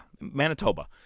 Manitoba